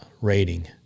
rating